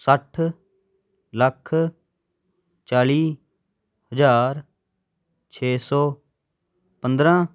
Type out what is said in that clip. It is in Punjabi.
ਸੱਠ ਲੱਖ ਚਾਲੀ ਹਜ਼ਾਰ ਛੇ ਸੌ ਪੰਦਰਾਂ